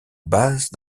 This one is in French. base